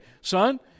Son